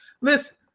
listen